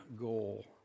goal